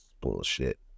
Bullshit